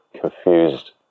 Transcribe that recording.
confused